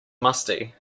musty